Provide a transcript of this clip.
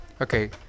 Okay